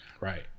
Right